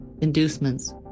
inducements